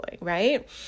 right